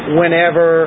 whenever